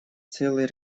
целый